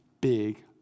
big